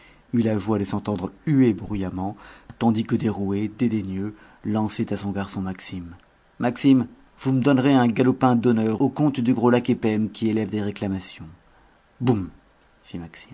eut la joie de s'entendre huer bruyamment tandis que derouet dédaigneux lançait à son garçon maxime maxime vous me donnerez un galopin d'honneur au compte du gros laquépem qui élève des réclamations boum